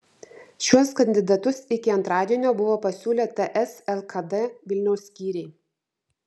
šiuos kandidatus iki antradienio buvo pasiūlę ts lkd vilniaus skyriai